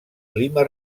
clima